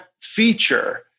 feature